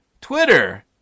Twitter